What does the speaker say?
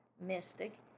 mystic